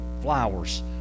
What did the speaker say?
flowers